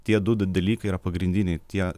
tie du d dalykai yra pagrindiniai tie